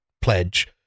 pledge